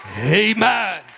amen